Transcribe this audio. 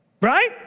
Right